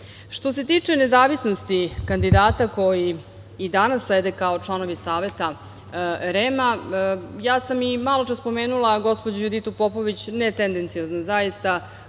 se tiče nezavisnosti kandidata koji i danas sede kao članovi Saveta REM-a, ja sam i maločas spomenula gospođu Juditu Popović ne tendenciozno zaista.